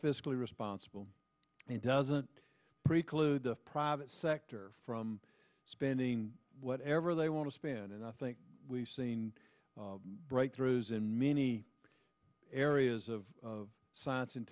fiscally responsible and doesn't preclude the private sector from spending whatever they want to spend and i think we've seen breakthroughs in many areas of science and